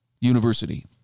University